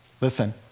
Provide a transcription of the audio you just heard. Listen